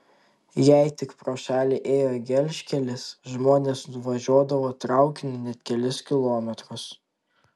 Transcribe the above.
jei tik pro šalį ėjo gelžkelis žmonės važiuodavo traukiniu net kelis kilometrus